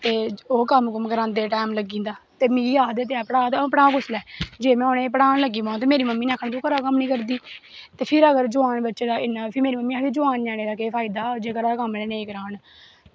ते ओह् कम्म कुम्म करांदे टाईम लग्गी जंदा ते मिगी आखदे पढ़ाऽ ते में पढ़ांऽ कुसलै जे में उ'नें गी पढ़ान लग्गी पवां दे मम्मी नै आखनां तु कम्म निं करदी ते फिर जोआन बच्चे दा इन्ना फिर मेरी मम्मी आखदी जोआन ञ्यानें दा केह् फायदा ऐ जे कम्म निं करान